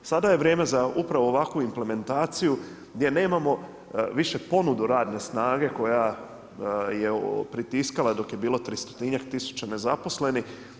Sada je vrijem za upravo ovakvu implementaciju gdje nemamo više ponudu radne snage koja je pritiskala dok je bilo tristotinjak tisuća nezaposlenih.